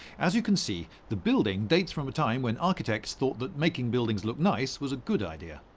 as you can see, the building dates from a time when architects thought that making buildings look nice was a good idea.